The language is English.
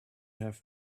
have